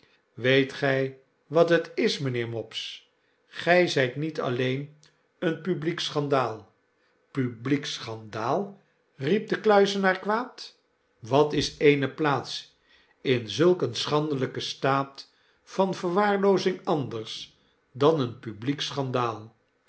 weet gy wat het is mynheer mopes gij zijt niet alleen een publiek schandaal publiek schandaal l riep de kluizenaar kwaad wat is eene plaats in zulk een schandelyken staat van verwaarloozing anders dan een publiek schandaal